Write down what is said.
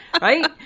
Right